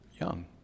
young